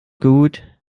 gut